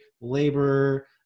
labor